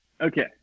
okay